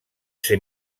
ser